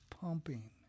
pumping